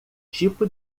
tipo